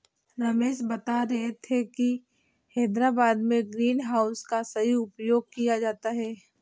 रमेश बता रहे थे कि हैदराबाद में ग्रीन हाउस का सही उपयोग किया जाता है